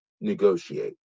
negotiate